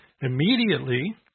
Immediately